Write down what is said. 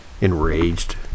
enraged